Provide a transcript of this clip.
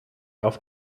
auf